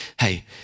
hey